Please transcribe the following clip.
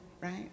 right